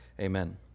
Amen